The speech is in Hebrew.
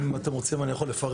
אם אתם רוצים אני יכול לפרט.